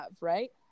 right